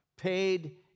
paid